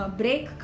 break